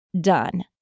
done